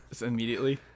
Immediately